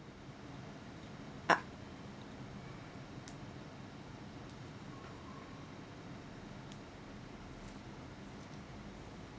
ah